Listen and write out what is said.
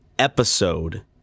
episode